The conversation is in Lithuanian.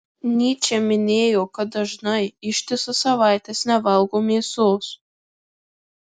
nyčė minėjo kad dažnai ištisas savaites nevalgo mėsos